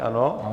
Ano.